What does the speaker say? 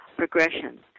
progression